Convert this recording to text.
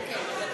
כן, כן, כן.